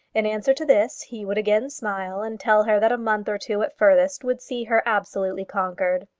in answer to this he would again smile, and tell her that a month or two at furthest would see her absolutely conquered.